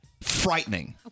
Frightening